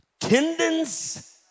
tendons